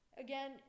Again